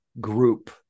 group